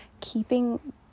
keeping